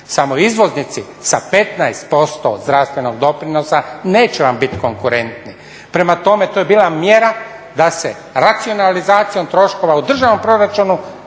samo izvoznici sa 15% od zdravstvenog doprinosa neće vam biti konkurentni, prema tome to je bila mjera da se racionalizacijom troškova u državnom proračunu